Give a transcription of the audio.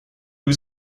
was